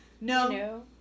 No